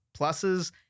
pluses